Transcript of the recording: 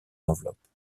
enveloppes